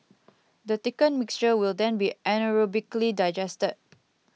the thickened mixture will then be anaerobically digested